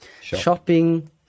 shopping